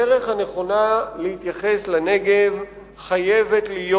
הדרך הנכונה להתייחס לנגב חייבת להיות